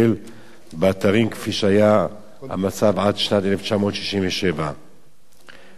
כפי שהיה המצב עד שנת 1967. בשנת 2009,